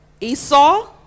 Esau